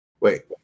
Wait